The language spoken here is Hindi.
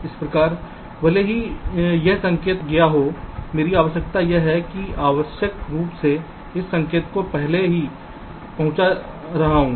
इस प्रकार भले ही यह संकेत आ गया हो मेरी आवश्यकता यह है कि मैं अनावश्यक रूप से इस संकेत को पहले ही पहुंचा रहा हूं